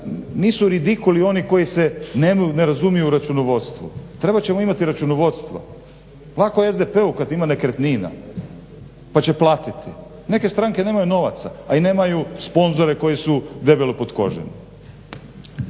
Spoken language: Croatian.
nisu ridikuli oni koji se ne razumiju u računovodstvo, trebat ćemo imati računovodstvo. Lako je SDP-u kad ima nekretnine pa će platiti. Neke stranke nemaju novaca, a i nemaju sponzore koji su debelo potkoženi.